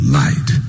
light